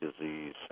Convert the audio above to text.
disease